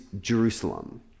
Jerusalem